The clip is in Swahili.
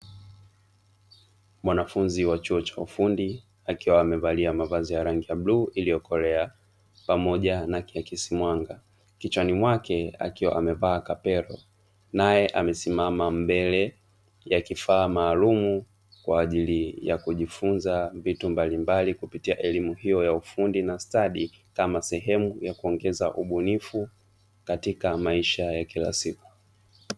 Mwanafunzi wa chuo cha ufundi akiwa amevalia mavazi ya rangi ya bkluu iliyokolea pamoja na kiakisi mwanga, kichwani mwake akiwa amevaa kapero; naye amesimama mbele ya kifaa maalumu kwa ajili ya kujifunza vitu mbalimbali kupitia elimu hiyo ya ufundi na stadi kama sehemu ya kuongeza ubunifu katika maisha ya kila siku.